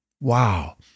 Wow